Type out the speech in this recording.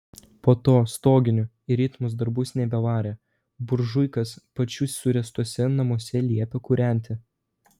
po to stoginių į rimtus darbus nebevarė buržuikas pačių suręstuose namuose liepė kūrenti